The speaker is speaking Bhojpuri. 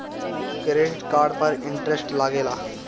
क्रेडिट कार्ड पर इंटरेस्ट लागेला?